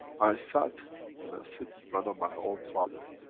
i sat and i sit in front of my own father